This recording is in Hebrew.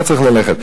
לא צריך ללכת,